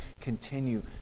continue